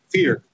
Fear